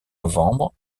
novembre